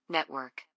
Network